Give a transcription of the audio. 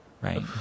right